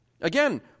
again